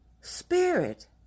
spirit